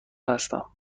هستم